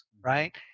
right